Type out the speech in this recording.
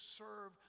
serve